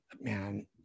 man